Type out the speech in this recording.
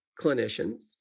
clinicians